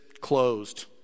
closed